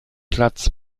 platz